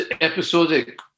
episodic